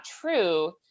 true